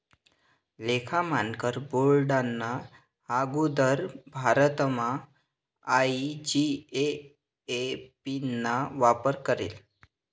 लेखा मानकर बोर्डना आगुदर भारतमा आय.जी.ए.ए.पी ना वापर करेत